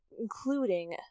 including